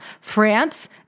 France